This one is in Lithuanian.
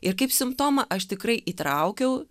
ir kaip simptomą aš tikrai įtraukiau